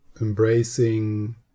embracing